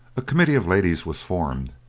a committee of ladies was formed,